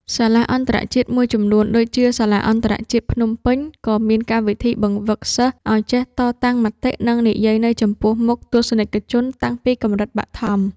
សាលាអន្តរជាតិមួយចំនួនដូចជា សាលាអន្តរជាតិភ្នំពេញ ក៏មានកម្មវិធីបង្វឹកសិស្សឱ្យចេះតតាំងមតិ និងនិយាយនៅចំពោះមុខទស្សនិកជនតាំងពីកម្រិតបឋម។